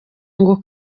ngo